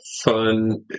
fun